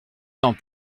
temps